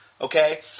okay